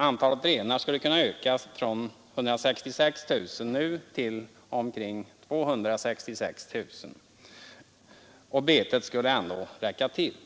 Antalet renar skulle kunna ökas från nuvarande 166 000 till omkring 266 000 och betet skulle ändå räcka till.